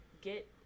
get